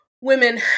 women